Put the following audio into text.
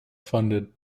funded